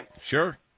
sure